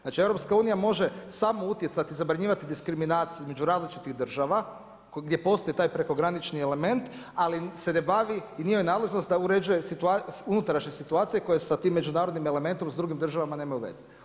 Znači EU može samo utjecati, zabranjivati diskriminaciju između različitih država gdje postoji taj prekogranični element, ali se ne bavi i nije joj nadležnost da uređuje unutrašnje situacije koje sa tim međunarodnim elementom s drugim državama nemaju veze.